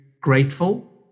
grateful